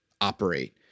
operate